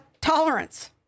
tolerance